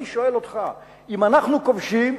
ואני שואל אותך, אם אנחנו כובשים,